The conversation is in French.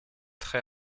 très